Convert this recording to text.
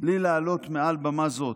בלי להעלות מעל במה זו